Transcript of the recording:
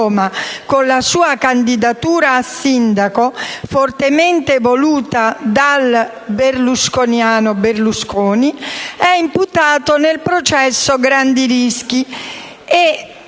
con la sua candidatura a sindaco, fortemente voluta dal "berlusconiano" Berlusconi, è imputato nel processo grandi rischi